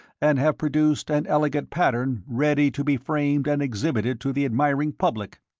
and have produced an elegant pattern ready to be framed and exhibited to the admiring public.